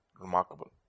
Remarkable